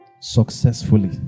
Successfully